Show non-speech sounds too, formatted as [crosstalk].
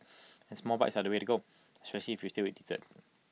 [noise] and small bites are the way to go [unintelligible] if you still eat dessert